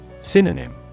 Synonym